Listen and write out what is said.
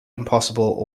impossible